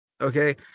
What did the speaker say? Okay